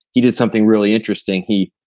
he did something really interesting. he,